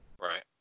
Right